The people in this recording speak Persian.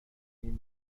این